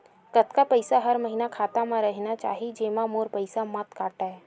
कतका पईसा हर महीना खाता मा रहिना चाही जेमा मोर पईसा मत काटे?